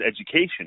education